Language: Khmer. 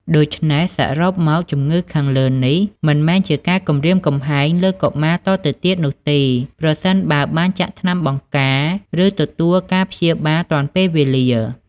ដូច្នេះ សរុបមកជម្ងឺខាងលើនេះមិនមែនជាការគំរាមគំហែងលើកុមារតទៅទៀតនោះទេ ប្រសិនបើបានចាក់ថ្នាំបង្ការ ឬ ទទួលការព្យាបាលទាន់ពេលវេលា។